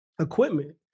equipment